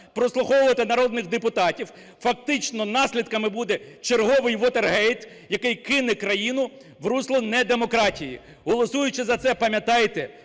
прослуховувати народних депутатів, фактично наслідками буде черговий "уотергейт", який кине країну в русло не демократії. Голосуючи за це, пам'ятайте,